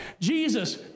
Jesus